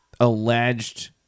alleged